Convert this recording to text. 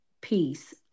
peace